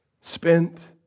spent